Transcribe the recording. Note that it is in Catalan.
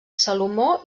salomó